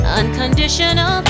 unconditional